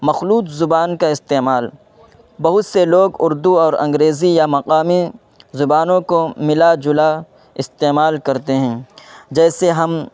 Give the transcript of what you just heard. مخلوط زبان کا استعمال بہت سے لوگ اردو اور انگریزی یا مقامی زبانوں کو ملا جالا استعمال کرتے ہیں جیسے ہم